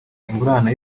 ingurane